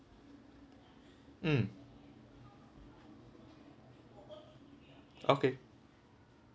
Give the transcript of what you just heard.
mm okay